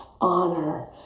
honor